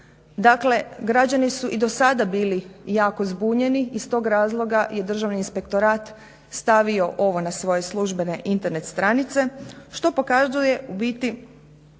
Dakle građani su i do sada bili jako zbunjeni iz tog razloga je Državni inspektorat stavio ovo na svoje službene Internet stranice što pokazuje u biti